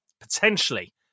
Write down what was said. potentially